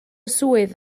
swydd